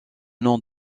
nom